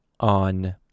on